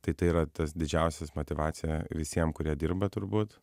tai tai yra tas didžiausias motyvacija visiem kurie dirba turbūt